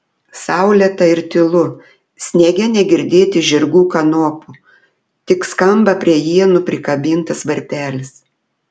saulėta ir tylu sniege negirdėti žirgų kanopų tik skamba prie ienų prikabintas varpelis